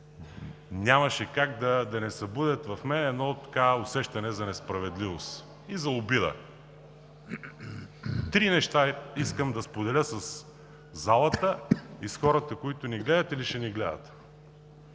нямаше как да не събудят в мен усещане за несправедливост и обида. Три неща искам да споделя със залата и с хората, които ни гледат или ще ни гледат.